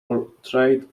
portrayed